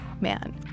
man